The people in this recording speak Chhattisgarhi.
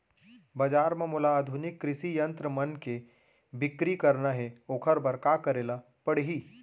बजार म मोला आधुनिक कृषि यंत्र मन के बिक्री करना हे ओखर बर का करे ल पड़ही?